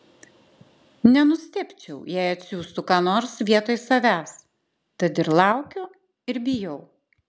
nenustebčiau jei atsiųstų ką nors vietoj savęs tad ir laukiu ir bijau